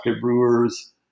brewers